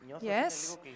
Yes